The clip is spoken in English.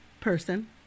person